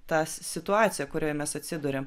tą situaciją kurioj mes atsiduriam